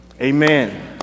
amen